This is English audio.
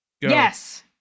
Yes